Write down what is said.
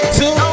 two